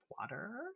water